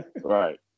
Right